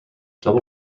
double